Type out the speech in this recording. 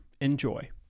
Enjoy